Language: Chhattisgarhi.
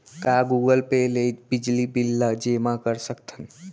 का गूगल पे ले बिजली बिल ल जेमा कर सकथन?